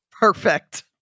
Perfect